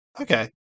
Okay